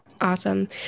Awesome